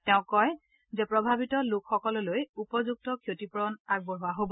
তেওঁ কয় যে প্ৰভাৱিত লোকসকললৈ উপযুক্ত ক্ষতিপূৰণ আগবঢ়োৱা হব